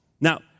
Now